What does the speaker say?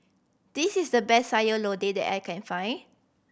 this is the best Sayur Lodeh that I can find